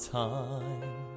time